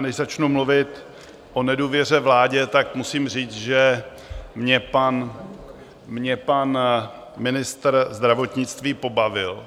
než začnu mluvit o nedůvěře vládě, tak musím říct, že mě pan ministr zdravotnictví pobavil.